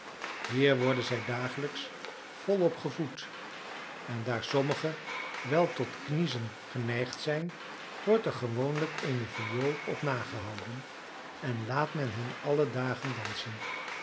hier worden zij dagelijks volop gevoed en daar sommigen wel tot kniezen geneigd zijn wordt er gewoonlijk eene viool op na gehouden en laat men hen alle dagen dansen